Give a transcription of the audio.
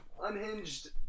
Unhinged